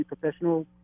professional